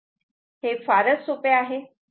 हे फारच सोपे आहे